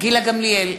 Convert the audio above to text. גילה גמליאל,